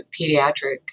pediatric